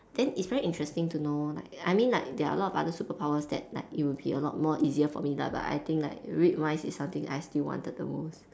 then it's very interesting to know like I mean like there are a lot of other superpowers that like it will be a lot more easier for me lah but I think like read minds is something that I still wanted the most